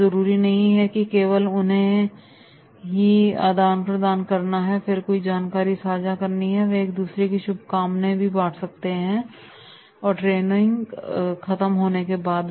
यह ज़रूरी नहीं कि केवल उन्हें हैं का आदान प्रदान ही करना हो या फिर कोई जानकारी सांझा करनी हो वह एक दूसरे से शुभकामनाएं भी बांट सकते हैं ट्रेनिंग खत्म होने के बाद